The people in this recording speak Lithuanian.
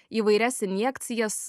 įvairias injekcijas